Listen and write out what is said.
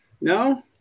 no